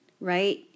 right